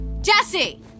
Jesse